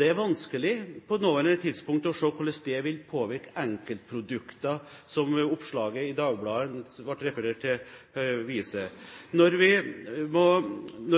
er vanskelig på det nåværende tidspunkt å se hvordan det vil påvirke enkeltprodukter, slik oppslaget i Dagbladet som ble referert til, viser. Når